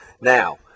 Now